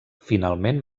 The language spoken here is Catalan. finalment